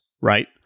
right